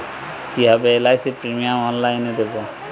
কিভাবে LIC premium অনলাইনে দেবো?